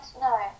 no